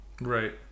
Right